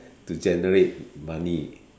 to generate money